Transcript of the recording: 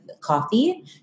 coffee